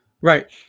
Right